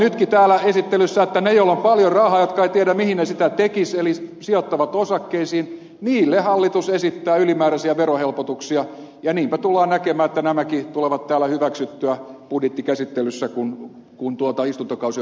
nytkin täällä niille joilla on paljon rahaa ja jotka eivät tiedä mitä sillä tekisivät eli sijoittavat osakkeisiin hallitus esittää ylimääräisiä verohelpotuksia ja niinpä tullaan näkemään että nämäkin tulevat täällä hyväksytyksi budjettikäsittelyssä kun istuntokausi on päättynyt